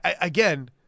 again